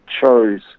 chose